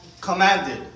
commanded